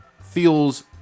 feels